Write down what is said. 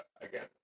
again